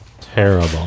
Terrible